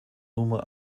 numa